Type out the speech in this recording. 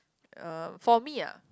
um for me ah